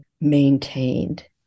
maintained